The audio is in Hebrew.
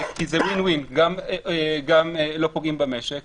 כי זה ווין-ווין גם לא פוגעים במשק,